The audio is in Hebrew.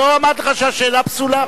לא אמרתי לך שהשאלה פסולה,